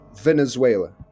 Venezuela